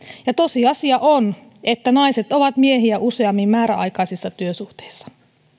ja tosiasia on että naiset ovat miehiä useammin määräaikaisissa työsuhteissa